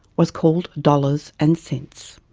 was called dollars and cents.